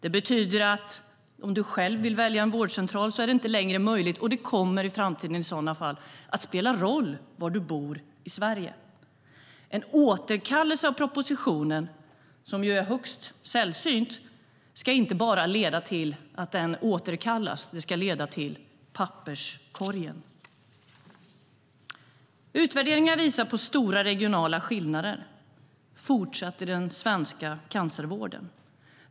Det betyder att om du vill själv vill välja en vårdcentral är det inte längre möjligt, och det kommer i sådana fall att i framtiden spela roll var i Sverige du bor. En återkallelse av propositionen, vilket ju är högst sällsynt, ska inte bara leda till att den återkallas - det ska leda till papperskorgen. Utvärderingar visar på fortsatt stora regionala skillnader i den svenska cancervården.